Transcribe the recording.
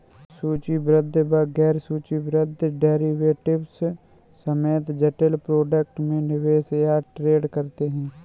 सूचीबद्ध व गैर सूचीबद्ध डेरिवेटिव्स समेत जटिल प्रोडक्ट में निवेश या ट्रेड करते हैं